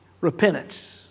Repentance